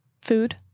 Food